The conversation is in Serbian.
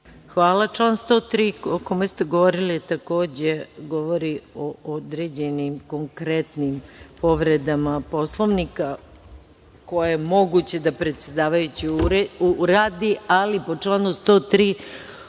Hvala. Član 103. o kome ste govorili takođe govori o određenim, konkretnim povredama Poslovnika koje je moguće da predsedavajući uradi, ali u članu 103.